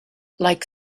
like